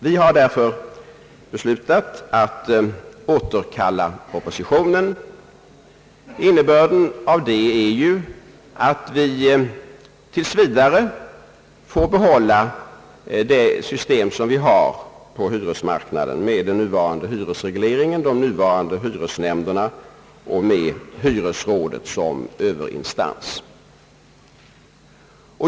Vi har därför beslutat att återkalla propositionen. Innebörden av detta är ju att vi tills vidare får behålla det system som vi har på hyresmarknaden med den nuvarande hyresregleringen, de nuvarande hyresnämnderna och med hyresrådet som överinstans.